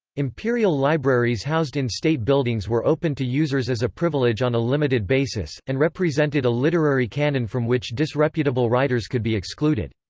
imperial libraries housed in state buildings were open to users as a privilege on a limited basis, and represented a literary canon from which disreputable writers could be excluded.